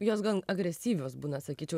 jos gan agresyvios būna sakyčiau